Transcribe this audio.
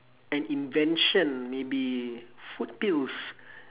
an invention maybe food pills